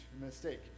mistake